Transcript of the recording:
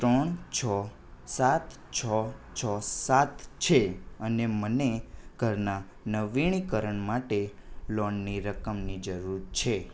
ત્રણ છ સાત છ છો સાત છે અને મને ઘરનાં નવિનીકરણ માટે લોનની રકમની જરુર છે